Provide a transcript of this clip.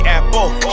Apple